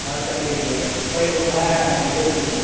ᱟᱪᱪᱷᱟ ᱴᱷᱤᱠ ᱜᱮᱭᱟ ᱚᱠᱚᱭ ᱦᱮᱸ ᱦᱮᱸ ᱵᱩᱡᱷᱟᱹᱣ ᱠᱤᱫᱟᱹᱧ